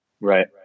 right